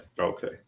Okay